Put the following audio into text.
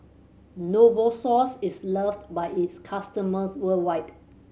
Novosource is loved by its customers worldwide